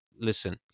listen